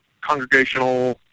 congregational